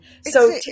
So-